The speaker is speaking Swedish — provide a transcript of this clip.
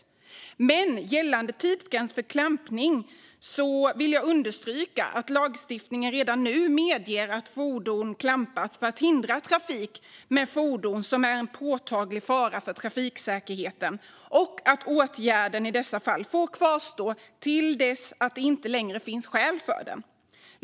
När det gäller tidsgräns för klampning vill jag dock understryka att lagstiftningen redan nu medger att fordon klampas för att hindra trafik med fordon som är en påtaglig fara för trafiksäkerheten och att åtgärden i dessa fall får kvarstå till dess att det inte längre finns skäl för det.